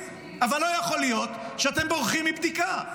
אבל לא יכול להיות שאתם בורחים מבדיקה.